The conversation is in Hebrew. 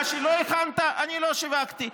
מה שלא הכנת, אני לא שיווקתי.